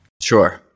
Sure